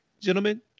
gentlemen